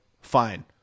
fine